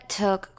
took